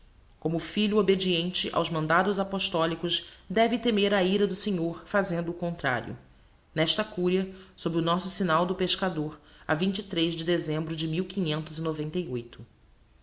como filho obediente aos mandados appostolicos deve temer a ira do senhor fazendo o contrario nesta curia sob o nosso signal do pescador a de dezembro de